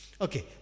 Okay